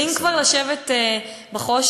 ואם כבר לשבת בחושך,